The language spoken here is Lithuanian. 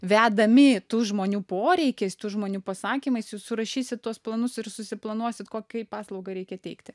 vedami tų žmonių poreikiais tų žmonių pasakymais jūs surašysit tuos planus ir susiplanuosit kokiai paslaugą reikia teikti